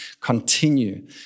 continue